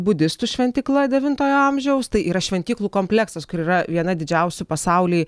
budistų šventykla devintojo amžiaus tai yra šventyklų kompleksas kur yra viena didžiausių pasauly